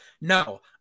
No